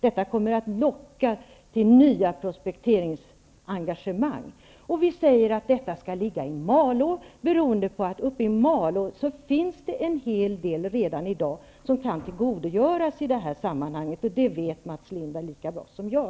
Detta kommer att locka till nya prospekteringsengagemang. Vi säger att detta skall ligga i Malå beroende på att det där redan i dag finns en hel del som man kan tillgodogöra sig i det här sammanhanget, och det vet Mats Lindberg lika bra som jag.